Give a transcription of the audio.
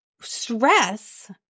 stress